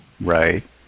Right